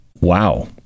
wow